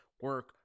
Work